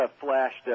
flashed